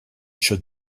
should